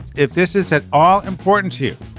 if this is at all important to you.